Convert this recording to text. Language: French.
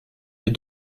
des